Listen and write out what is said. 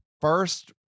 first